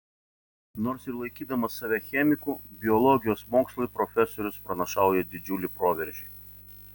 nors ir laikydamas save chemiku biologijos mokslui profesorius pranašauja didžiulį proveržį